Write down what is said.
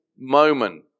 moment